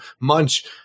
Munch